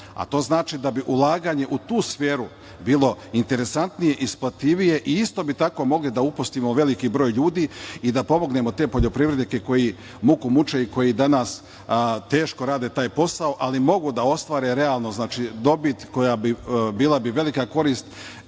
a to znači da bi ulaganje u tu sferu bilo interesantnije, isplativije i isto tako bi mogli da uposlimo veliki broj ljudi i da pomognemo te poljoprivrednike koji muku muče i koji danas teško rade taj posao, ali mogu da ostvare dobit. Bila bi velika korist